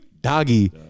Doggy